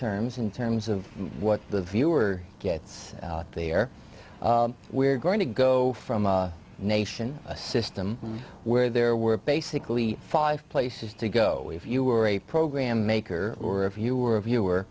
terms in terms of what the viewer gets out there we're going to go from a nation a system where there were basically five places to go if you were a programme maker or if you were a viewer